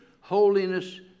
holiness